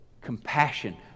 compassion